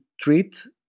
treat